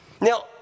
now